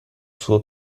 suo